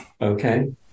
Okay